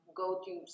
go-to